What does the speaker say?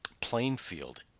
Plainfield